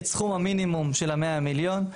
את סכום המינימום של ה-100 מיליון,